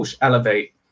elevate